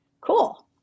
cool